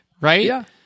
right